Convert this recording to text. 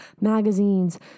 magazines